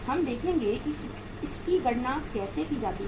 हम देखेंगे कि इसकी गणना कैसे की जाती है